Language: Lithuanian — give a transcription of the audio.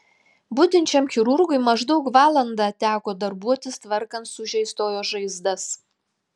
budinčiam chirurgui maždaug valandą teko darbuotis tvarkant sužeistojo žaizdas